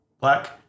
black